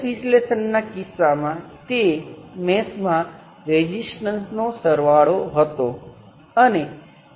અને વધુ રસપ્રદ બાબત અહીંથી ત્યાં જવું છે તમે જોઈ શકો છો કે આ કિસ્સામાં આ મેળવવા માટે આ વોલ્ટેજ સ્ત્રોતને આ શાખા આ શાખા તે શાખા અને તે શાખામાં મોકલવામાં આવ્યો છે